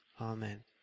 Amen